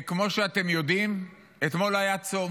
כמו שאתם יודעים, אתמול היה צום